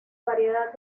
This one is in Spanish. variedad